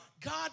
God